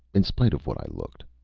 in spite of what i looked.